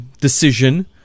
decision